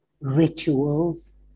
rituals